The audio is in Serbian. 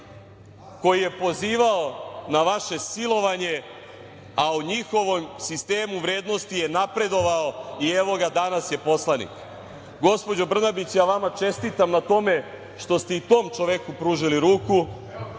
koji je pozivao na vaše silovanje, a u njihovom sistemu vrednosti je napredovao i evo ga danas je poslanik. Gospođo Brnabić, ja vama čestitam na tome što ste i tom čoveku pružili ruku,